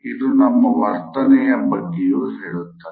ಇದು ನಮ್ಮ ವರ್ತನೆಯ ಬಗ್ಗೆಯೂ ಹೇಳುತ್ತದೆ